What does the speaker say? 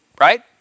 right